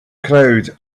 crowd